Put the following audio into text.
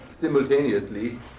simultaneously